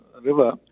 River